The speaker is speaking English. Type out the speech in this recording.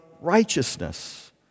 righteousness